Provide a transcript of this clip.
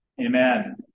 Amen